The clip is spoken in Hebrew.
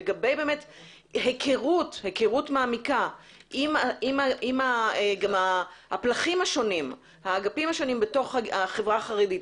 לגבי היכרות מעמיקה עם האגפים השונים בחברה החרדית?